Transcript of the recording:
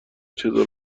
چطور